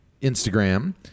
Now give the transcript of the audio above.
Instagram